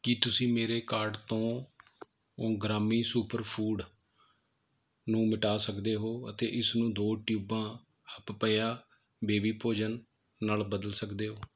ਕੀ ਤੁਸੀਂ ਮੇਰੇ ਕਾਰਟ ਤੋਂ ਗ੍ਰਾਮੀ ਸੁਪਰਫੂਡ ਨੂੰ ਮਿਟਾ ਸਕਦੇ ਹੋ ਅਤੇ ਇਸਨੂੰ ਦੋ ਟਿਊਬਾਂ ਹਪਪਆ ਬੇਬੀ ਭੋਜਨ ਨਾਲ ਬਦਲ ਸਕਦੇ ਹੋ